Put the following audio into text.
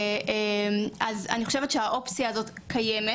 אני חושבת שהאופציה הזאת קיימת